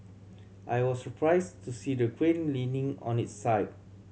I was surprised to see the crane leaning on its side